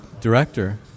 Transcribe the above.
director